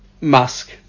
musk